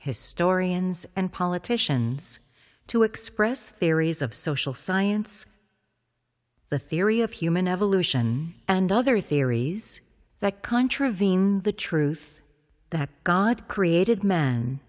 historians and politicians to express theories of social science the theory of human evolution and other theories that contravene the truth that god created m